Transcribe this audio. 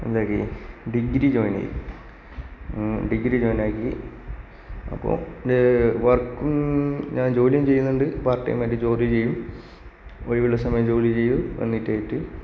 എന്താക്കി എന്ന് degree join ആയി ഡിഗ്രി ജോയിൻ ആയിട്ട് അപ്പോൾ വർക്കും ഞാൻ ജോലിയും ചെയ്യുന്നുണ്ട് പാർട്ട് ടൈം ആയിട്ട് ജോലി ചെയ്യും ഒഴിവ് ദിവസങ്ങളില് ജോലി ചെയ്യും വന്നിട്ടായിട്ട്